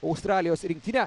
australijos rinktinę